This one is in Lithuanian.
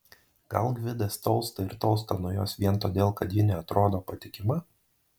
gal gvidas tolsta ir tolsta nuo jos vien todėl kad ji neatrodo patikima